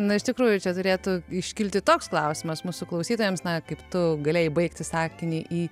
na iš tikrųjų čia turėtų iškilti toks klausimas mūsų klausytojams na kaip tu galėjai baigti sakinį į